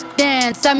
dance